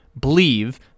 Believe